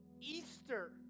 Easter